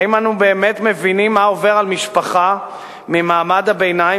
האם אנו באמת מבינים מה עובר על משפחה ממעמד הביניים